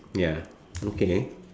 ya okay